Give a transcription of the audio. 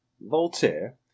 voltaire